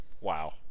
wow